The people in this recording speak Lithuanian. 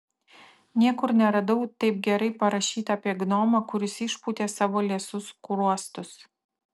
niekur neradau taip gerai parašyta apie gnomą kuris išpūtė savo liesus skruostus